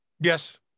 Yes